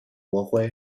国徽